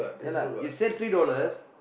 ya lah you sell three dollars